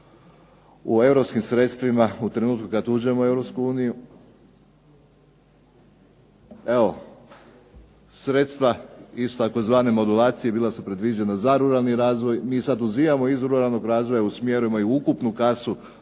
u europskim sredstvima u trenutku kada uđemo u Europsku uniju? Sredstva iz tzv. modulacije bila su predviđena za ruralni razvoj. Mi sada uzimamo iz ruralnog razvoja i usmjeravamo u ukupnu kasu